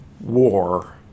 war